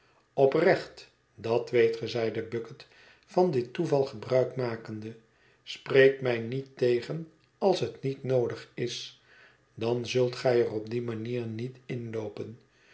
oprecht dat weet ge zeide bucket van dit toeval gebruik makende spreek mij niet tegen als het niet noodig is dan zult gij er op die manier niet inloopen